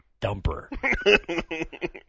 dumper